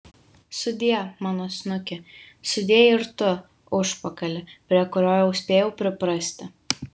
sudie mano snuki sudie ir tu užpakali prie kurio jau spėjau priprasti